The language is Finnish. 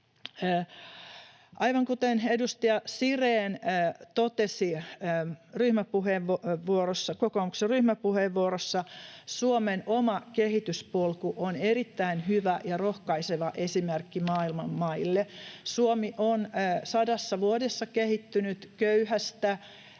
Aivan kuten edustaja Sirén totesi kokoomuksen ryhmäpuheenvuorossa, Suomen oma kehityspolku on erittäin hyvä ja rohkaiseva esimerkki maailman maille. Suomi on sadassa vuodessa kehittynyt köyhästä,